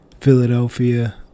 Philadelphia